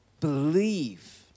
Believe